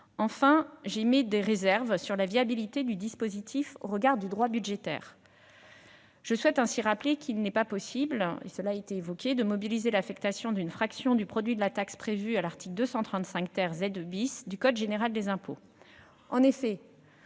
Enfin, j'émets des réserves sur la viabilité du dispositif au regard du droit budgétaire. Je souhaite ainsi rappeler qu'il n'est pas possible de mobiliser l'affectation d'une fraction du produit de la taxe prévue à l'article 235 ZE du code général des impôts.